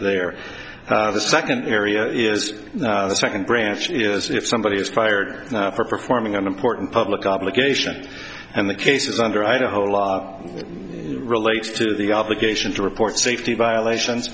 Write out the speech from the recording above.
there the second area is the second branch is if somebody is fired for performing an important public obligation and the case is under idaho law relates to the obligation to report safety violations